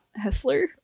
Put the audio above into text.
hessler